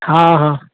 हँ हँ